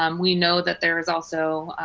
um we know that there was also